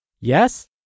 Yes